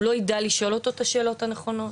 הוא לא יידע לשאול אותו את השאלות הנכונות.